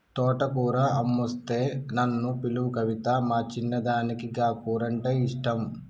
తోటకూర అమ్మొస్తే నన్ను పిలువు కవితా, మా చిన్నదానికి గా కూరంటే ఇష్టం